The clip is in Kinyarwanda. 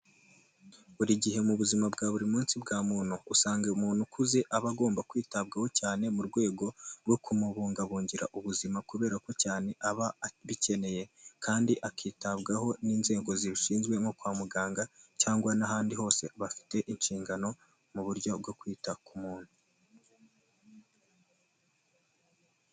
Buri gihe mu buzima bwa buri munsi bwa muntu, usanga uyu muntu ukuze aba agomba kwitabwaho cyane mu rwego rwo kumubungabungira ubuzima, kubera ko cyane aba abikeneye kandi akitabwaho n'inzego zibishinzwe nko kwa muganga cyangwa n'ahandi hose bafite inshingano mu buryo bwo kwita ku muntu.